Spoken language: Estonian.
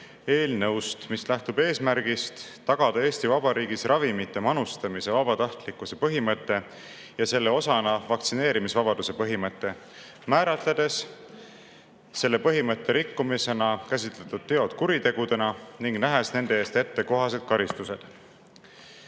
eelnõust, mis lähtub eesmärgist tagada Eesti Vabariigis ravimite manustamise vabatahtlikkuse põhimõte ja selle osana vaktsineerimisvabaduse põhimõte, määratledes selle põhimõtte rikkumisena käsitletud teod kuritegudena ning nähes nende eest ette kohased karistused.